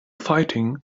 fighting